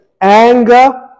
Anger